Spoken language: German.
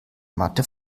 matte